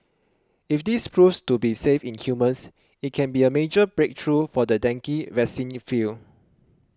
if this proves to be safe in humans it can be a major breakthrough for the dengue vaccine field